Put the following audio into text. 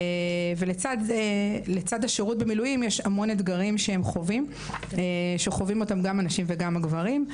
לצד השירות במילואים יש המון אתגרים שהם חווים גם הנשים וגם הגברים.